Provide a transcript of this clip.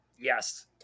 yes